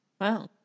Wow